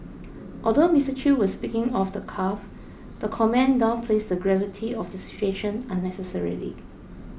although Mister Chew was speaking off the cuff the comment downplays the gravity of the situation unnecessarily